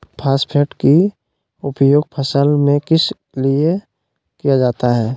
Phosphate की उपयोग फसल में किस लिए किया जाता है?